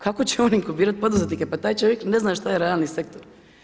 Kako će oni inkubirati poduzetnike, pa taj čovjek ne zna što je realni sektor.